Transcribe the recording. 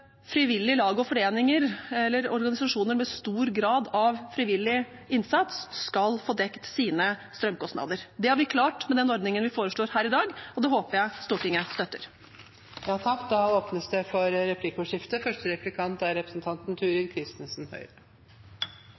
frivillige lag og foreninger, eller organisasjoner med stor grad av frivillig innsats, skal få dekket sine strømkostnader. Det har vi klart med den ordningen vi foreslår her i dag, og det håper jeg Stortinget støtter.